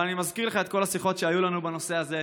אבל אני מזכיר לך את כל השיחות שהיו לנו בנושא הזה.